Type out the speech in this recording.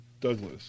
Douglas